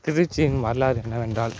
திருச்சியின் வரலாறு என்னவென்றால்